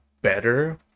better